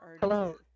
hello